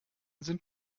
sind